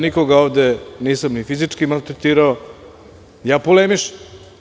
Nikoga ovde nisam ni fizički maltretirao, već polemišem.